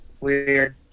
Weird